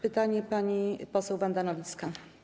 Pytanie, pani poseł Wanda Nowicka.